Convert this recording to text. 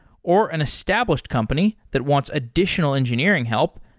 or an established company that wants additional engineering help,